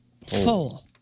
Full